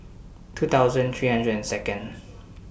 two thousand three hundred and Second